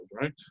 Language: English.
right